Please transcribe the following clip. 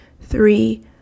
three